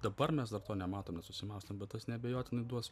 dabar mes dar to nematom nesusimąstom bet tas neabejotinai duos